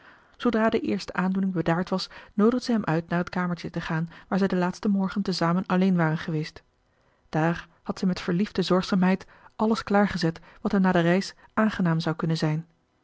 zoodra de eerste aandoening bedaard was noodigde zij hem uit naar het kamertje te gaan waar zij den laatsten morgen te zamen alleen waren geweest daar had zij met verliefde zorgzaamheid alles klaargezet wat hem na de reis aangenaam zou kunnen zijn